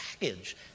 package